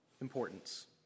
importance